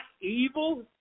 evil